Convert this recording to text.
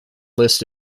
list